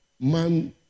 man